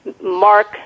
mark